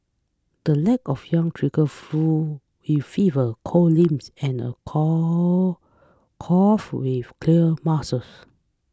the lack of yang triggers flu with fever cold limbs and a call cough with clear mucus